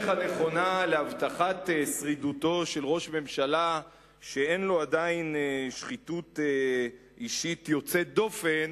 להבטחת שרידותו של ראש ממשלה שאין לו עדיין שחיתות אישית יוצאת דופן?